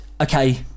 okay